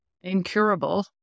incurable